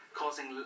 causing